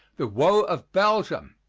the woe of belgium